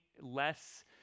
less